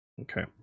okay